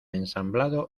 ensamblado